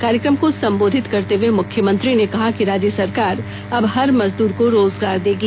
कार्यक्रम को सम्बोधित करते हुए मुख्यमंत्री ने कहा कि राज्य सरकार अब हर मजदूर को रोजगार देगी